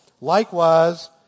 Likewise